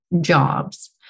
jobs